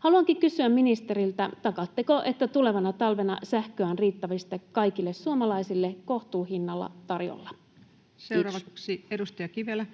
Haluankin kysyä ministeriltä: takaatteko, että tulevana talvena sähköä on riittävästi kaikille suomalaisille kohtuuhinnalla tarjolla? — Kiitos. Seuraavaksi edustaja Kivelä.